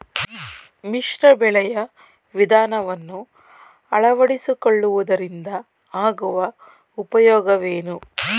ಮಿಶ್ರ ಬೆಳೆಯ ವಿಧಾನವನ್ನು ಆಳವಡಿಸಿಕೊಳ್ಳುವುದರಿಂದ ಆಗುವ ಉಪಯೋಗವೇನು?